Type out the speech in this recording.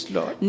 Lord